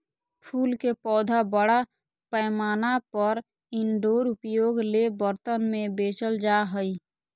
फूल के पौधा बड़ा पैमाना पर इनडोर उपयोग ले बर्तन में बेचल जा हइ